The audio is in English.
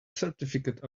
certificate